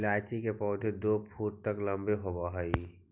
इलायची के पौधे दो फुट तक लंबे होवअ हई